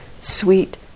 sweet